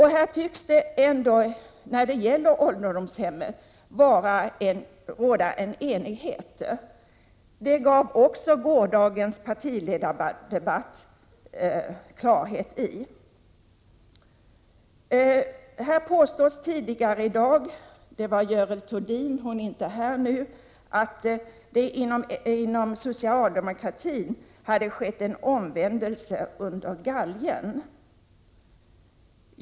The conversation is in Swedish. Här tycks ändå råda enighet. Det gav också gårdagens partiledardebatt klarhet i. Görel Thurdin påstod tidigare här i dag att det inom socialdemokratin hade skett en omvändelse under galgen.